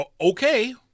okay